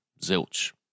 zilch